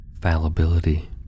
fallibility